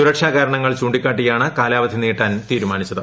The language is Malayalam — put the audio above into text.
സുരക്ഷാകാരണങ്ങൾ ചൂണ്ടിക്കാട്ടിയാണ് കാലാവധി നീട്ടാൻ തീരുമാനിച്ചത്